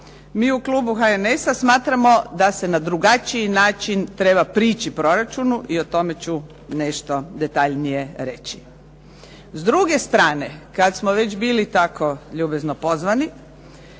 Mi u klubu HNS-a smatramo da se na drugačiji način treba prići proračunu i o tome ću nešto detaljnije reći. S druge strane, kad smo već bili tako ljubazno pozvani,